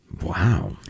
Wow